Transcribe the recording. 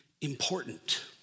important